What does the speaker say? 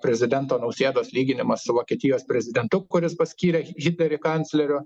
prezidento nausėdos lyginimas su vokietijos prezidentu kuris paskyrė hitlerį kancleriu